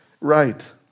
right